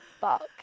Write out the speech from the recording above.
fuck